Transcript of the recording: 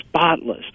spotless